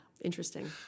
Interesting